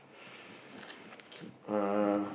uh